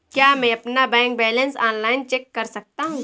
क्या मैं अपना बैंक बैलेंस ऑनलाइन चेक कर सकता हूँ?